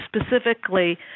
specifically